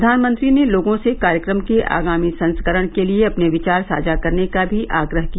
प्रधानमंत्री ने लोगों से कार्यक्रम के आगामी संस्करण के लिए अपने विचार साझा करने का भी आग्रह किया